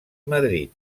madrid